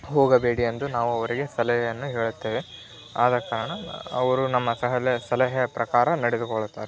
ಹೋಗಬೇಡಿ ಎಂದು ನಾವು ಅವರಿಗೆ ಸಲಹೆಯನ್ನು ಹೇಳುತ್ತೇವೆ ಆದ ಕಾರಣ ಅವರು ನಮ್ಮ ಸಲ್ಹ ಸಲಹೆಯ ಪ್ರಕಾರ ನಡೆದುಕೊಳ್ಳುತ್ತಾರೆ